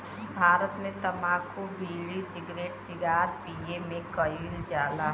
भारत मे तम्बाकू bidi, cigarette cigar पिए मे कइल जाला